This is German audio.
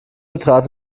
betrat